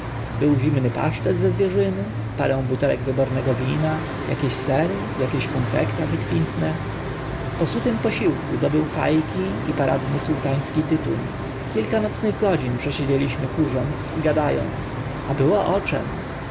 był zimny pasztet ze zwierzyny parę butelek wybornego wina akieś sery a zwierciadlana zagadka kieś konfekta wykwintne po sutym posiłku dobył fa ki i paradny sułtański tytuń kilka nocnych godzin przesiedzieliśmy kurząc i gada ąc a było o czym